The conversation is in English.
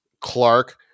Clark